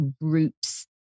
roots